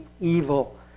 evil